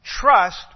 trust